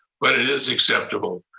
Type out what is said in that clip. but it is acceptable.